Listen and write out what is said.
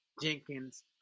Jenkins